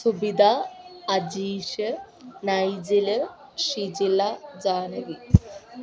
Subida Ajeesh Naijil Shijila Janaki